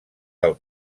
del